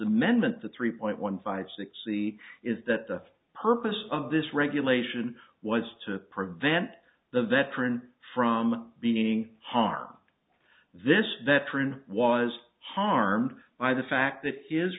amendment the three point one five six c is that the purpose of this regulation was to prevent the veteran from being harmed this veteran was harmed by the fact that his